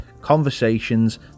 conversations